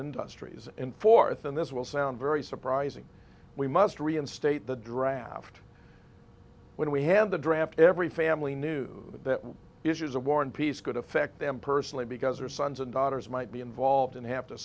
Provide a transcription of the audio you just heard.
industries in forth and this will sound very surprising we must reinstate the draft when we had the draft every family knew that issues of war and peace could affect them personally because their sons and daughters might be involved and have to